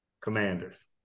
Commanders